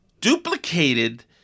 duplicated